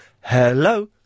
hello